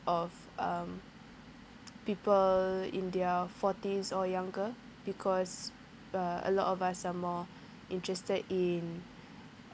of um people in their forties or younger because uh a lot of us are more interested in